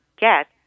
get